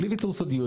בלי ויתור סודיות,